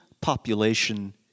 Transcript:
population